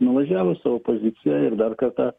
nuvažiavus savo poziciją ir dar kartą